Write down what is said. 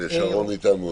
ד"ר שרון איתנו,